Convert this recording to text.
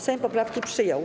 Sejm poprawki przyjął.